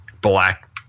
black